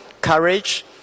courage